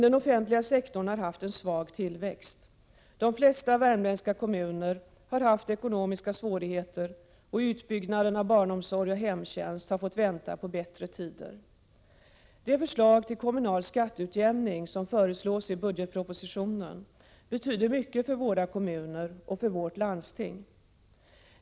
Den offentliga sektorn har emellertid haft en svag tillväxt. De flesta värmländska kommuner har haft ekonomiska svårigheter, och utbyggnaden av barnomsorg och hemtjänst har fått vänta på bättre tider. Det förslag till kommunal skatteutjämning som föreslås i budgetpropositionen betyder mycket för våra kommuner och för vårt landsting.